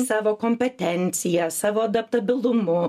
savo kompetencija savo adaptabilumu